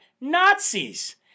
Nazis